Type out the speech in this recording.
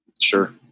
Sure